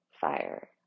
fire